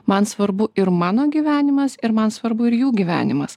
man svarbu ir mano gyvenimas ir man svarbu ir jų gyvenimas